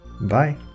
Bye